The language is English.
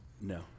no